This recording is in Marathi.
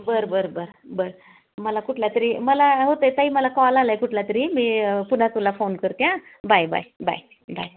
बरं बरं बरं बरं मला कुठल्या तरी मला हो ते ताई मला कॉल आला आहे कुठला तरी मी पुन्हा तुला फोन करते हां बाय बाय बाय बाय